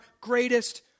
greatest